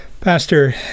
Pastor